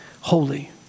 holy